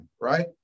right